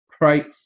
right